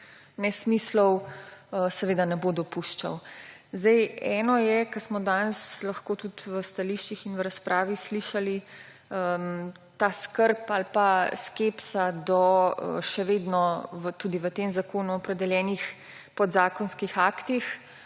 nesmislov ne bo dopuščal. Eno je, kar smo danes lahko tudi v stališčih in v razpravi slišali, ta skrb ali pa skepsa do še vedno tudi v tem zakonu opredeljenih podzakonskih aktih,